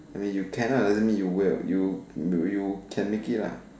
I mean you can lah doesn't mean you will you you can make it lah